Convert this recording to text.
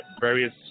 various